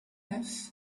neuf